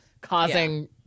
causing